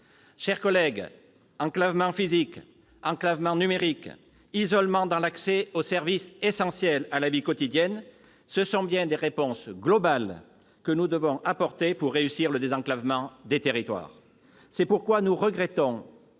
chers collègues, enclavement physique et numérique, isolement dans l'accès aux services essentiels à la vie quotidienne, ce sont bien des réponses globales que nous devons apporter pour réussir le désenclavement des territoires. C'est pourquoi nous regrettons